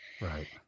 Right